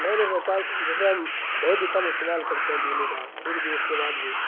نہیں نہیں سر کل جیسے ہم بہت ہی کم استعمال کرتے ہیں بجلی کا پھر بھی اس کے بعد بھی